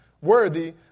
worthy